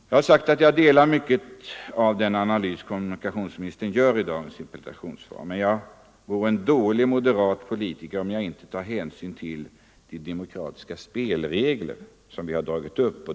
Jag har sagt att jag till stora delar instämmer i den analys kommunikationsministern gör i dagens interpellationssvar, men jag vore en dålig moderat politiker om jag inte tog hänsyn till de demokratiska spelregler som vi dragit upp.